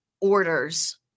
orders